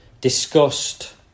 discussed